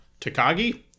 Takagi